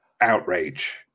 outrage